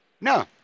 No